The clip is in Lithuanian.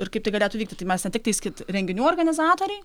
ir kaip tai galėtų vykti tai mes ne tiktais kad renginių organizatoriai